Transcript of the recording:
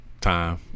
Time